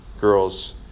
girls